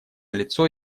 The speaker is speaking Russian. лицо